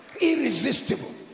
irresistible